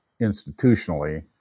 institutionally